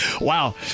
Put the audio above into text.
Wow